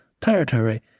territory